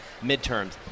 midterms